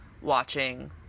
watching